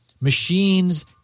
machines